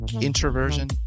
introversion